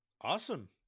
awesome